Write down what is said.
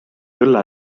õlle